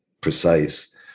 precise